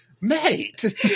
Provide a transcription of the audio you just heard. mate